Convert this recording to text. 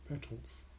petals